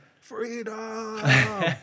freedom